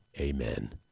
Amen